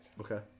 Okay